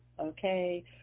okay